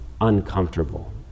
uncomfortable